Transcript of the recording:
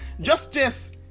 justice